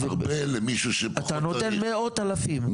הרבה למישהו שפחות --- אתה נותן מאות אלפים,